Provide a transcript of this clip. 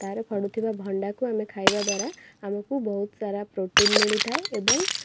ତାର ଫଳୁଥିବା ଭଣ୍ଡାକୁ ଆମେ ଖାଇବାଦ୍ଵାରା ଆମକୁ ବହୁତ ସାରା ପ୍ରୋଟିନ୍ ମିଳିଥାଏ ଏବଂ